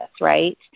right